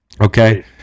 Okay